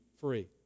free